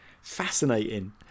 fascinating